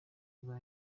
bwa